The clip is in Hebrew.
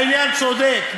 העניין צודק.